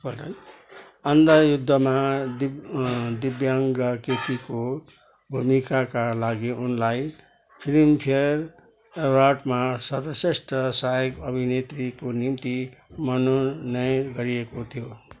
अन्धा युद्धमा दिब् दिब्याङ्ग केटीको भूमिकाका लागि उनलाई फ्लिमफेयर अवार्डमा सर्बश्रेष्ठ सहायक अभिनेत्रीको निम्ति मनोनयन गरिएको थियो